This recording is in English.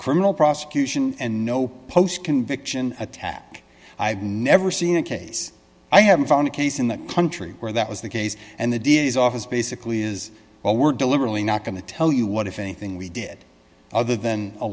criminal prosecution and no post conviction attack i've never seen a case i haven't found a case in that country where that was the case and the d a s office basically is what we're deliberately not going to tell you what if anything we did other than a